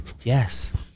Yes